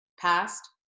past